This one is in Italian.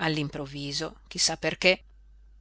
all'improvviso chi sa perché